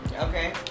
okay